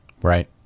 Right